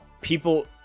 people